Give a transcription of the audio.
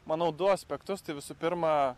manau du aspektus tai visų pirma